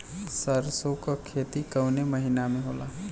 सरसों का खेती कवने महीना में होला?